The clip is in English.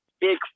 big